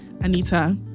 Anita